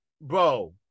bro